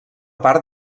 part